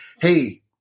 Hey